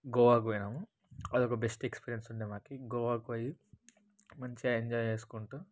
గోవాకి పోయినాము అదొక బెస్ట్ ఎక్స్పీరియన్స్ ఉండే మాకు గోవాకు పోయి మంచిగా ఎంజాయ్ చేసుకుంటు